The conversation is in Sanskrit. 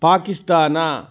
पाकिस्तान